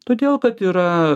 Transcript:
todėl kad yra